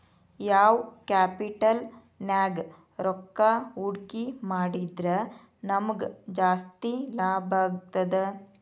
ಯಾವ್ ಕ್ಯಾಪಿಟಲ್ ನ್ಯಾಗ್ ರೊಕ್ಕಾ ಹೂಡ್ಕಿ ಮಾಡಿದ್ರ ನಮಗ್ ಜಾಸ್ತಿ ಲಾಭಾಗ್ತದ?